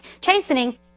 chastening